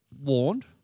warned